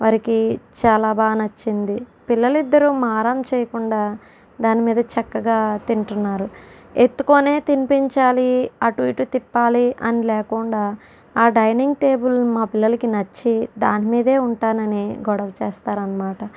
వారికి చాలా బాగా నచ్చింది పిల్లలిద్దరు మారం చేయకుండా దానిమీద చక్కగా తింటున్నారు ఎత్తుకోనే తినిపించాలి అటు ఇటు తిప్పాలి అని లేకుండా ఆ డైనింగ్ టేబుల్ మా పిల్లలకి నచ్చి దాని మీదే ఉంటానని గొడవ చేస్తారు అనమాట